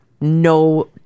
no